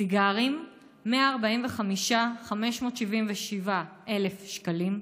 סיגרים 145,577 שקלים.